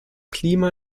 klima